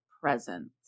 presence